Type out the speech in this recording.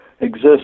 exist